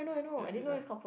yes this one